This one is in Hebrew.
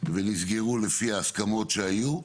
ונסגרו לפי ההסכמות שהיו.